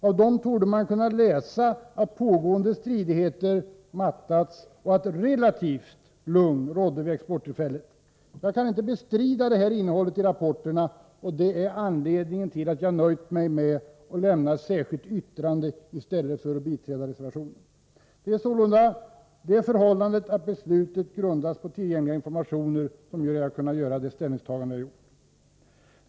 Av dem torde man kunna utläsa att pågående stridigheter mattats av och att ett relativt lugn rådde vid exporttillfället. Jag kan inte bestrida innehållet i rapporterna, och det är anledningen till att jag nöjt mig med att avge ett särskilt yttrande i stället för att biträda reservationen. Det är sålunda det förhållandet att beslutet grundats på tillgängliga informationer som lett till att jag kunnat göra detta ställningstagande.